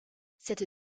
cette